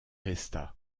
resta